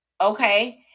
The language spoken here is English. Okay